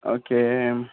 okay